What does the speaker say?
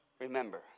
remember